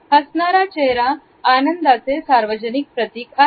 हसणारा चेहरा आनंदाचे सार्वजनिक प्रतिक आहे